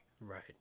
Right